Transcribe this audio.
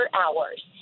hours